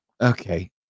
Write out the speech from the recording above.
Okay